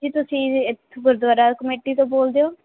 ਕੀ ਤੁਸੀਂ ਇੱਥੋਂ ਗੁਰਦੁਆਰਾ ਕਮੇਟੀ ਤੋਂ ਬੋਲਦੇ ਹੋ